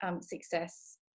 success